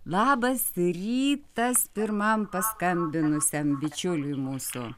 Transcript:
labas rytas pirmam paskambinusiam bičiuliui mūsų